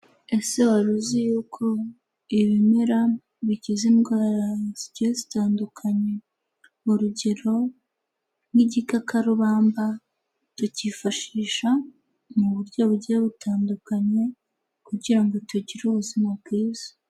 Ese wari uzi yuko ibimera bikiza indwara zigiye zitandukanye? Mu urugero, nk'igikakarubamba tukifashisha mu buryo buigiye butandukanye, kugira ngo tugire ubuzima bwiza.